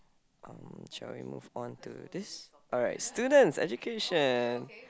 um shall we move on to this alright students education